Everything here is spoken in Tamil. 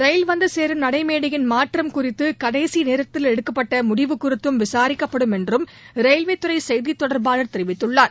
ரயில் வந்து சேரும் நடை மேடையின் மாற்றம் குறித்து கடைசி நேரத்தில் எடுக்கப்பட்ட முடிவு குறித்தும் விசாரிக்கப்படும் என்றும் ரயில்வே துறை செய்தி தொடர்பாளர் தெரிவித்தார்